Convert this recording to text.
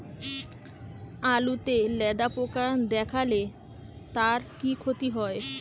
আলুতে লেদা পোকা দেখালে তার কি ক্ষতি হয়?